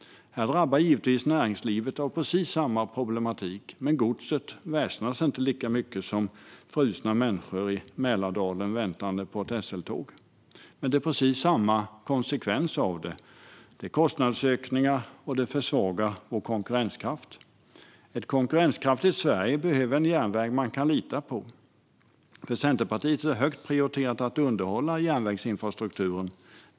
Här drabbas givetvis näringslivet av precis samma problematik, men godset väsnas inte lika mycket som frusna människor i Mälardalen som väntar på ett SL-tåg. Men det blir precis samma konsekvens av det. Det är kostnadsökningar, och det försvagar vår konkurrenskraft. Ett konkurrenskraftigt Sverige behöver en järnväg man kan lita på. För Centerpartiet är det högt prioriterat att underhålla järnvägsinfrastrukturen.